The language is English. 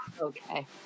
Okay